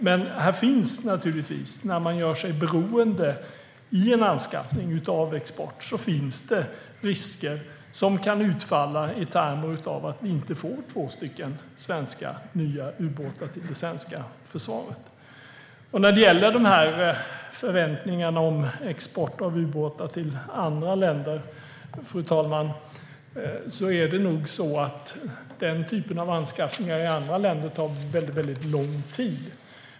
Men när man i en anskaffning gör sig beroende av export finns det naturligtvis risker som kan utfalla på så sätt att vi inte får två nya svenska ubåtar till det svenska försvaret. När det gäller förväntningarna om export av ubåtar till andra länder, fru talman, är det nog så att den typen av anskaffningar i andra länder tar väldigt lång tid.